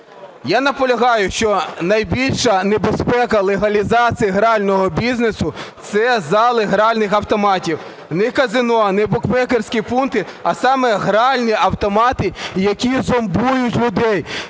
Я наполягаю, що найбільша небезпека легалізації грального бізнесу – це зали гральних автоматів. Не казино, не букмекерські пункти, а саме гральні автомати, які зомбують людей,